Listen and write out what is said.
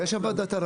יש ועדת ערר.